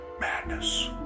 madness